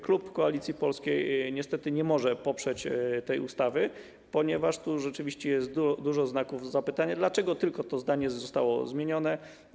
Klub Koalicji Polskiej niestety nie może poprzeć tej ustawy, ponieważ tu rzeczywiście jest dużo znaków zapytania, dlaczego tylko to zdanie zostało zmienione.